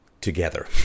together